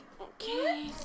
okay